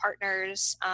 partners